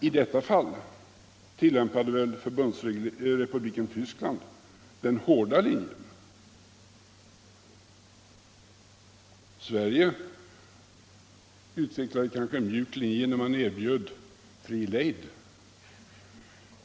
I detta fall tillämpade väl Förbundsrepubliken Tyskland den hårda linjen. Sverige utvecklade kanske en mjuk linje när man erbjöd fri lejd.